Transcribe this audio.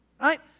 right